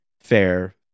fair